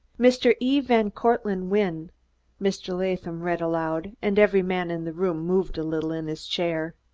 mr. e. van cortlandt wynne mr. latham read aloud, and every man in the room moved a little in his chair.